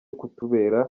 kutubera